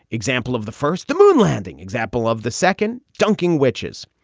example of the first the moon landing example of the second dunking witches.